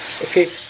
Okay